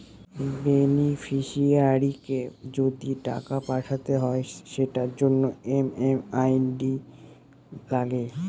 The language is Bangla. নন বেনিফিশিয়ারিকে যদি টাকা পাঠাতে হয় সেটার জন্য এম.এম.আই.ডি লাগে